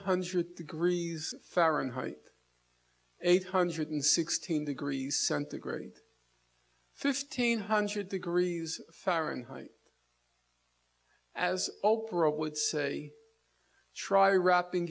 hundred degrees fahrenheit eight hundred sixteen degrees centigrade fifteen hundred degrees fahrenheit as oprah would say try wrapp